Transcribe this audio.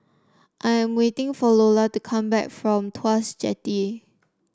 I am waiting for Lola to come back from Tuas Jetty